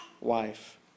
wife